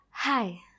Hi